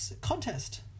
contest